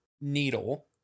needle